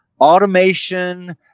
automation